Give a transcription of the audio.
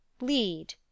Lead